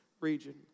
region